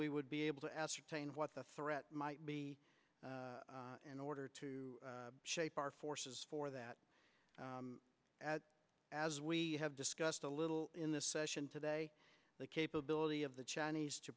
we would be able to ascertain what the threat might be in order to shape our forces for that as we have discussed a little in this session today the capability of the chinese to